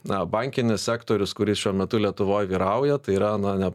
na bankinis sektorius kuris šiuo metu lietuvoj vyrauja tai yra na ne